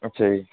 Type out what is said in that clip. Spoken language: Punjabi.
ਅੱਛਾ ਜੀ